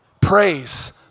Praise